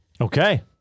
Okay